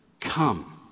come